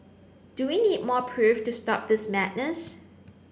do we need more proof to stop this madness